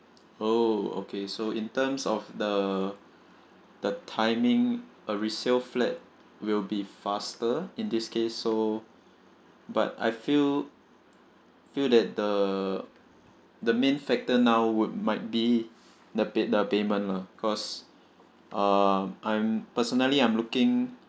oh okay so in terms of the the timing a resale flat will be faster in this case so but I feel feel that the the main factor now would might be the pay the payment lah cause uh I'm personally I'm looking